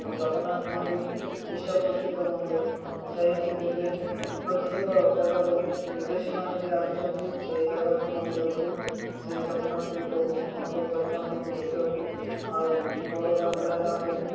ଜଗନ୍ନାଥ ମନ୍ଦିର ବିଶ୍ୱ ପ୍ରସିଦ୍ଧ ମନ୍ଦିର ସେହି ମନ୍ଦିରରେ ପ୍ରତ୍ୟେକ ଜାଗାରୁ ବିଦେଶୀ ମାନେ ବି ଆସୁଛନ୍ତି ସେହି ଜାଗାକୁ ମନ୍ଦିରକୁ ଶ୍ରୀ ଜଗନ୍ନାଥଙ୍କୁ ପ୍ରଭୁ ମହାପ୍ରଭୁ ଜଗନ୍ନାଥଙ୍କୁ ଦେଖିବାକୁ ଆଉ ବଡ଼ ଯାତ୍ରା ହେଲା ଆମର